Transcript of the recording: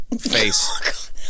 face